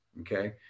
okay